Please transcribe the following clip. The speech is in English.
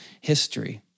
history